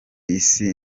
isi